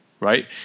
Right